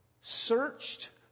Searched